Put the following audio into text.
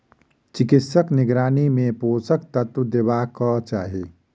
चिकित्सकक निगरानी मे पोषक तत्व देबाक चाही